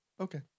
Okay